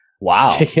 Wow